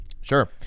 Sure